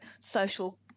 social